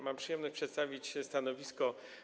Mam przyjemność przedstawić stanowisko